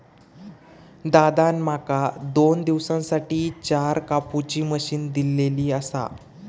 दादान माका दोन दिवसांसाठी चार कापुची मशीन दिलली आसा